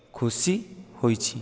ଖୁସି ହୋଇଛି